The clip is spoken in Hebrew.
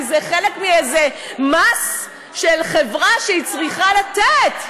כי זה חלק מאיזה מס של חברה שהיא צריכה לתת.